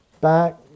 back